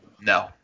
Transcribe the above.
no